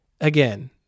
again